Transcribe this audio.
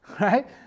right